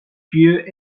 pieux